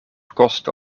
kosten